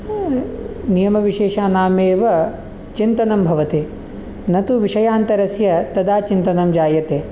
नियमविशेषनामेव चिन्तनं भवति न तु विषयान्तरस्य तदा चिन्तनं जायते